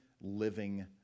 living